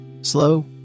Slow